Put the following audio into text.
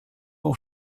auch